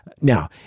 Now